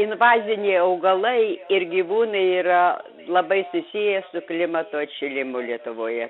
invaziniai augalai ir gyvūnai yra labai susiję su klimato atšilimu lietuvoje